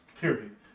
period